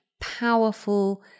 powerful